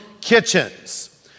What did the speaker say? kitchens